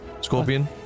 Scorpion